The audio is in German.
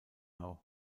now